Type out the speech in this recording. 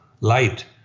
light